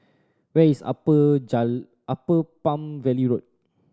where is Upper Upper Palm Valley Road